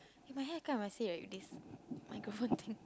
eh my hair is kinda messy right with this microphone thing